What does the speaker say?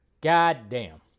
goddamn